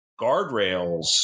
guardrails